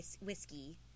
whiskey